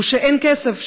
הוא שאין כסף,